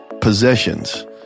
Possessions